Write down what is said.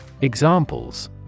Examples